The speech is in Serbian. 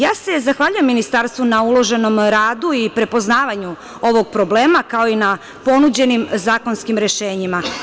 Zahvaljujem se ministarstvu na uloženom radu i prepoznavanju ovog problema, kao i na ponuđenim zakonskim rešenjima.